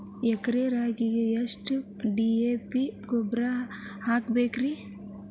ಎಕರೆ ರಾಗಿಗೆ ಎಷ್ಟು ಡಿ.ಎ.ಪಿ ಗೊಬ್ರಾ ಹಾಕಬೇಕ್ರಿ?